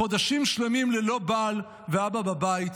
חודשים שלמים ללא בעל ואבא בבית,